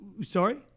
sorry